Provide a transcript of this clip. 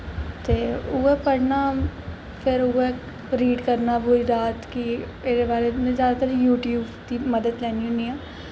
ते उऐ पढ़ना फिर उऐ रीड करना पूरी रात कि इ'दे बारै में जैदातर यूटयूब दी मदद लैन्नी होन्नी आं